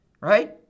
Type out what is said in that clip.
right